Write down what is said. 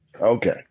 Okay